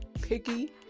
picky